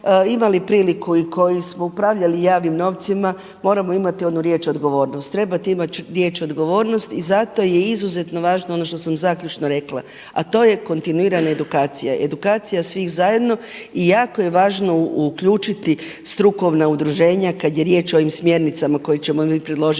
imali priliku i koji smo upravljali javnim novcima moramo imati onu riječ odgovornost. Trebate imati riječ odgovornost i zato je izuzetno važno ono što sam zaključno rekla, a to je kontinuirana edukacija, edukacija svih zajedno. I jako je važno uključiti strukovna udruženja kad je riječ o ovim smjernicama koje ćemo mi predložiti